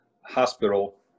hospital